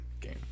game